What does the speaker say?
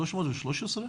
313?